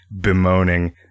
bemoaning